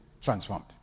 transformed